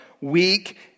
weak